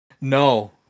No